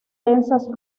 densas